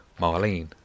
Marlene